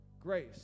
Grace